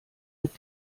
mit